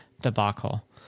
debacle